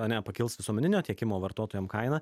ane pakils visuomeninio tiekimo vartotojam kaina